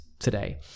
Today